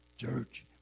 Church